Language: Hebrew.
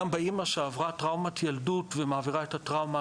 גם באימא שעברה טראומת ילדות ומעבירה את הטראומה